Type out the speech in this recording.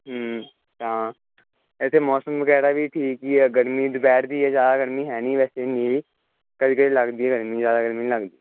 ਹਾਂ ਇੱਥੇ ਮੌਸਮ ਵਗੈਰਾ ਵੀ ਠੀਕ ਹੀ ਆ ਗਰਮੀ ਦੁਪਹਿਰ ਦੀ ਹੈ ਜ਼ਿਆਦਾ ਗਰਮੀ ਹੈ ਨਹੀਂ ਵੈਸੇ ਇੰਨੀ ਕਦੇ ਕਦੇ ਲੱਗਦੀ ਗਰਮੀ ਜ਼ਿਆਦਾ ਗਰਮੀ ਨਹੀਂ ਲੱਗਦੀ